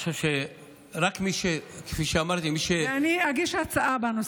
ואני אגיש הצעה בנושא.